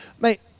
mate